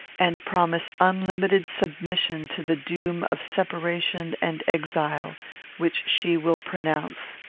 and promise unlimited submission to the doom of separation and exile which she will pronounce.